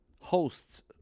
hosts